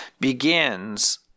begins